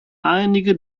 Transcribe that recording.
einige